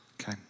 Okay